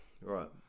Right